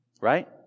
right